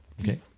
okay